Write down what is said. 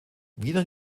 wiener